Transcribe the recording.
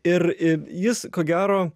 ir jis ko gero